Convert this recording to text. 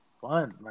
fun